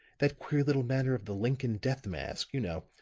that queer little matter of the lincoln death-mask, you know,